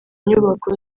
nyubako